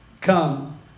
come